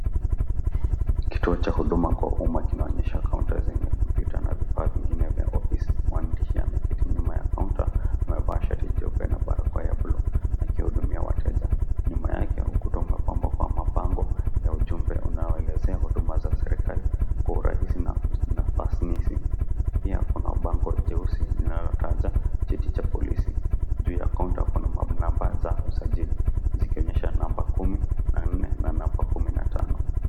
Kituo cha huduma kwa umma kinaonyesha kaunta zenye kompyuta na vifaa vingine vya ofisi. Mwandishi ameketi nyuma ya kaunta, amevaa shati jeupe na barakoa ya blue akihudumia wateja. Nyuma yake ukuta umepambwa kwa mabango ya ujumbe unaoelezea huduma za serikali kwa urahisi na fastness . Pia kuna ubango jeusi linalotaja jeti cha polisi. Juu ya kaunta kuna namba za usajili zikionyesha namba 10 na 4 na namba 15.